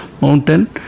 mountain